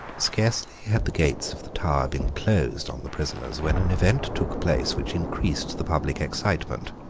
scarcely had the gates of the tower been closed on the prisoners when an event took place which increased the public excitement.